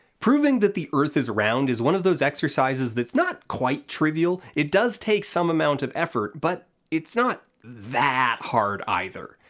proving that the earth is round is one of those exercises that's not quite trivial, it does take some amount of effort, but it's not that hard either.